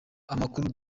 amakuru